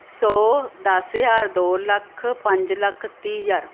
ਸੌ ਦਸ ਹਜ਼ਾਰ ਦੋ ਲੱਖ ਪੰਜ ਲੱਖ ਤੀਹ ਹਜ਼ਾਰ